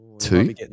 two